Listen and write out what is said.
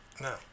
No